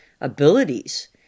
abilities